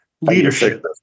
Leadership